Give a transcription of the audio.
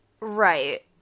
Right